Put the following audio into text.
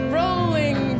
rolling